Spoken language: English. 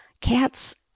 Cats